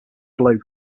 blue